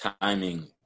timing